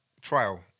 trial